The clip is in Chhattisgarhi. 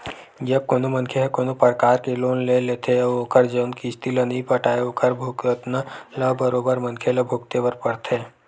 जब कोनो मनखे ह कोनो परकार के लोन ले लेथे अउ ओखर जउन किस्ती ल नइ पटाय ओखर भुगतना ल बरोबर मनखे ल भुगते बर परथे